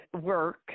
work